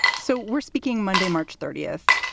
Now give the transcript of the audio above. so we're speaking monday, march thirtieth.